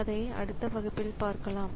அதை அடுத்த வகுப்பில் பார்க்கலாம்